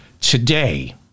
today